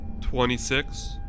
Twenty-six